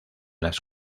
las